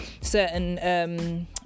certain